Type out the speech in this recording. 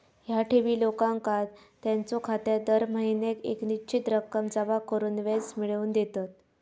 ह्या ठेवी लोकांका त्यांच्यो खात्यात दर महिन्याक येक निश्चित रक्कम जमा करून व्याज मिळवून देतत